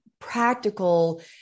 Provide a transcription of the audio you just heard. practical